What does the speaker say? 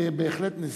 בהחלט נזילים.